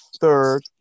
third